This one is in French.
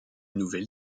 nouvelle